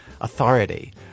authority